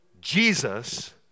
Jesus